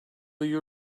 you